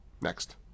Next